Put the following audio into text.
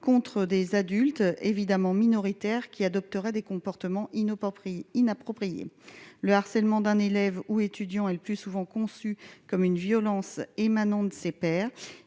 contre des adultes évidemment minoritaire qui adopteraient des comportements il n'ont pas pris inappropriée le harcèlement d'un élève ou étudiant est le plus souvent conçue comme une violence émanant de ses pairs,